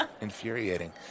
Infuriating